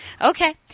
Okay